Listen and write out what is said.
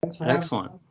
Excellent